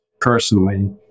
personally